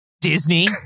Disney